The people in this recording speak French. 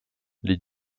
les